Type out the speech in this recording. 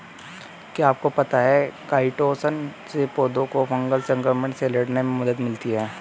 क्या आपको पता है काइटोसन से पौधों को फंगल संक्रमण से लड़ने में मदद मिलती है?